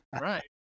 Right